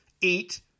eat